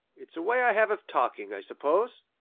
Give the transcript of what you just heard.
it's a way i have of talking, i suppose.